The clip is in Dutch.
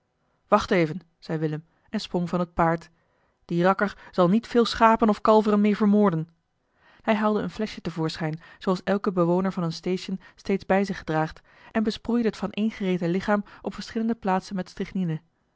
wacht even zei willem en sprong van het paard die rakker zal niet veel schapen of kalveren meer vermoorden hij haalde een fleschje te voorschijn zooals elke bewoner van een station steeds bij zich draagt en besproeide het vaneengereten lichaam op verschillende plaatsen met